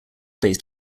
based